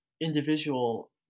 individual